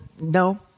no